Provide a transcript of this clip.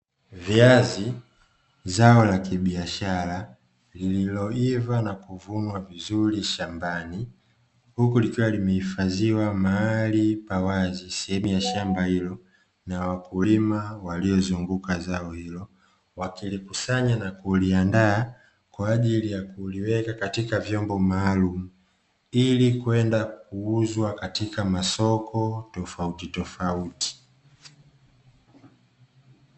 Viazi; zao la kibiashara lililoiva na kuvunwa vizuri shambani, huku likiwa limehifadhiwa mahali pa wazi sehemu ya shamba hilo na wakulima waliozunguka zao hilo, wakilikusanya na kuliandaa kwa ajili ya kuliweka katika vyombo maalumu; ili kwenda kuuzwa katika masoko tofautitofauti.